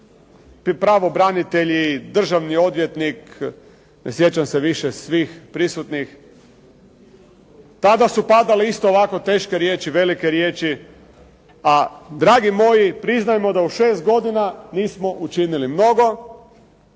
pravobranitelji, državni odvjetnik, ne sjećam se više svih prisutnih, tada su padale isto ovako teške riječi, velike riječi, a dragi moji priznajmo da u 6 godina nismo učinili mnogo